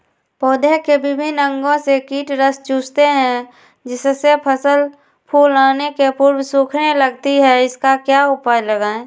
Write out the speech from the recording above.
पौधे के विभिन्न अंगों से कीट रस चूसते हैं जिससे फसल फूल आने के पूर्व सूखने लगती है इसका क्या उपाय लगाएं?